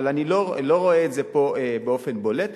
אבל אני לא רואה את זה פה באופן בולט,